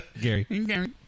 Gary